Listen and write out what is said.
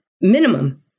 minimum